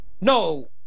no